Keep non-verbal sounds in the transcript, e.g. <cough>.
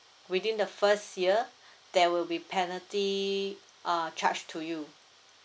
within the first year <breath> there will be penalty uh charge to you